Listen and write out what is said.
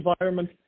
environment